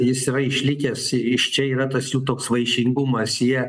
jis yra išlikęs iš čia yra tas jų toks vaišingumas jie